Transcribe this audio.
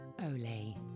ole